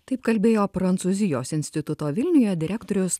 taip kalbėjo prancūzijos instituto vilniuje direktorius